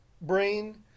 brain